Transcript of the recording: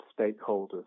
stakeholders